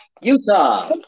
Utah